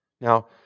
Now